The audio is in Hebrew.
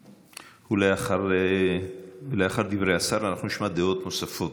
השר, ולאחר דברי השר אנחנו נשמע דעות נוספות.